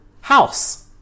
house